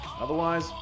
otherwise